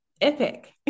epic